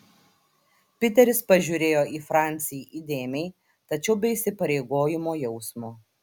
piteris pažiūrėjo į francį įdėmiai tačiau be įsipareigojimo jausmo